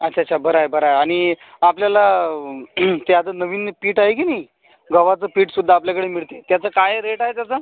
अच्छा अच्छा बरं आहे बरं आहे आणि आपल्याला ते आता नवीन पीठ आहे की नाही गव्हाचं पीठसुद्धा आपल्याकडे मिळते त्याचं काय रेट आहे त्याचा